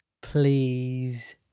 please